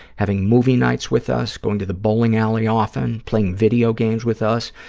having movie nights with us, going to the bowling alley often, playing video games with us,